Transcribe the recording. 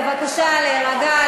בבקשה להירגע,